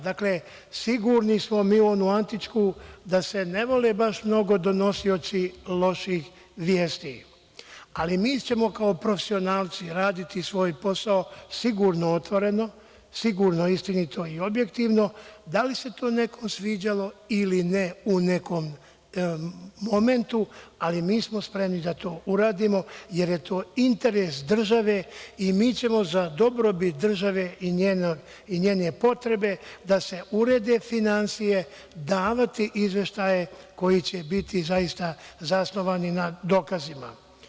Dakle, sigurni smo mi u onu antičku da se ne vole baš mnogo donosioci loših vesti, ali mi ćemo kao profesionalci raditi svoj posao, sigurno otvoreno, sigurno istinito i objektivno, da li se to nekome sviđalo ili ne u nekom momentu, ali mi smo spremni da to uradimo, jer je to interes države i mi ćemo za dobrobit države i njene potrebe da se urede finansije davati izveštaje koji će biti zaista zasnovani na dokazima.